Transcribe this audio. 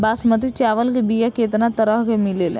बासमती चावल के बीया केतना तरह के मिलेला?